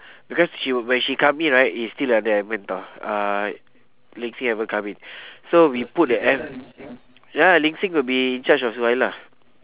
because she when she come in right is still like don't have mentor uh ling xin haven't come in so we put the and ya ling xin will be in charge of suhaila